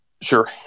Sure